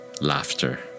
laughter